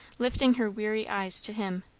lifting her weary eyes to him.